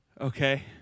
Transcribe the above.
Okay